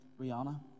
Rihanna